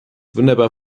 wunderbar